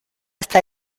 está